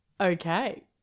Okay